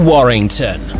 Warrington